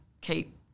Keep